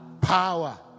Power